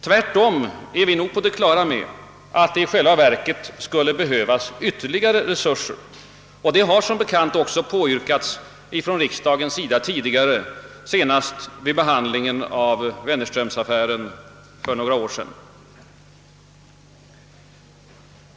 Tvärtom är vi nog på det klara med att det i åtskilliga fall skulle behövas ytterligare resurser, och yrkanden i den riktningen har som bekant också tidigare gjorts av riksdagen, senast vid behandlingen av Wennerströmaffären för några år sedan.